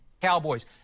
Cowboys